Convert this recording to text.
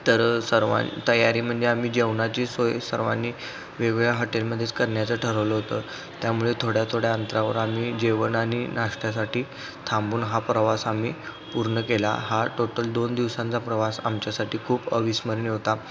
तर सर्वां तयारी म्हणजे आम्ही जेवणाची सोय सर्वांनी वेगवेगळ्या हॉटेलमध्येच करण्याचं ठरवलं होतं त्यामुळे थोड्या थोड्या अंतरावर आम्ही जेवण आणि नाश्त्यासाठी थांबून हा प्रवास आम्ही पूर्ण केला हा टोटल दोन दिवसांचा प्रवास आमच्यासाठी खूप अविस्मरणीय होता